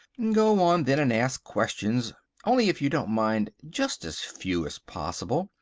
go on then and ask questions. only, if you don't mind, just as few as possible,